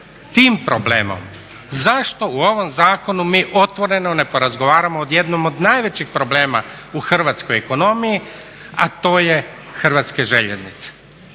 tim problemom zašto u ovom zakonu mi otvoreno ne porazgovaramo o jednom od najvećih problema u hrvatskoj ekonomiji, a to je Hrvatske željeznice.